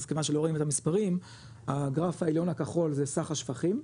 אז כיוון שלא רואים את המספרים הגרף העליון הכחול זה סך השפכים.